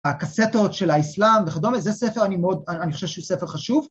‫הקאסטות של האסלאם וכדומה, ‫זה ספר, אני מאוד, אני חושב שהוא ספר חשוב.